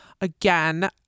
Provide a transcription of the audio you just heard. again